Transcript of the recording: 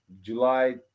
july